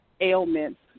ailments